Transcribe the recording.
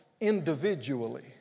individually